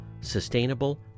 sustainable